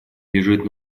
лежит